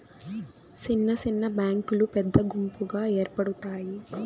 సిన్న సిన్న బ్యాంకులు పెద్ద గుంపుగా ఏర్పడుతాయి